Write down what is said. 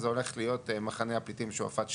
זה הולך להיות מחנה הפליטים שועפט 2,